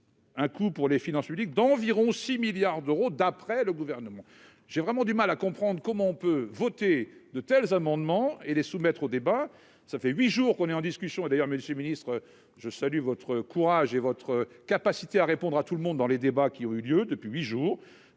un coût pour les finances publiques d'environ 6 milliards d'euros, d'après le gouvernement, j'ai vraiment du mal à comprendre comment on peut voter de tels amendements et les soumettre au débat, ça fait huit jours qu'on est en discussion, et d'ailleurs, Monsieur le Ministre, je salue votre courage et votre capacité à répondre à tout le monde dans les débats qui ont eu lieu depuis 8 jours,